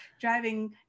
driving